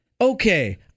okay